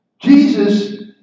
Jesus